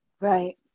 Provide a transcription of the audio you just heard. Right